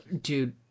dude